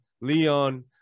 Leon